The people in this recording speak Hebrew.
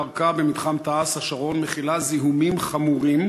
הקרקע במתחם תע"ש-השרון מכילה זיהומים חמורים,